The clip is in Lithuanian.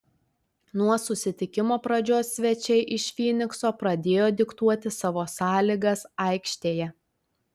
nuo susitikimo pradžios svečiai iš fynikso pradėjo diktuoti savo sąlygas aikštėje